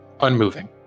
Unmoving